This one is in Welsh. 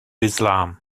islam